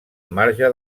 marge